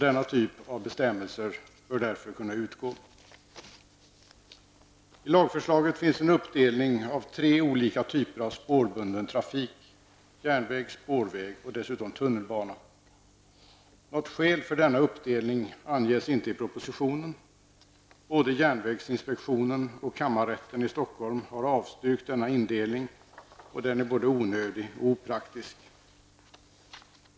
Denna typ av bestämmelser bör därför kunna utgå. I lagförslaget finns en uppdelning på tre olika typer av spårbunden trafik -- järnväg, spårväg och dessutom tunnelbana. Något skäl för denna uppdelning anges inte i propositionen. Både järnvägsinspektionen och kammarrätten i Stockholm har avstyrkt denna indelning, och den är både onödig och opraktisk.